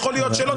יכול להיות שלא,